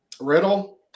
Riddle